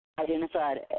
Identified